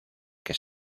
que